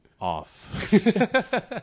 off